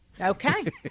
Okay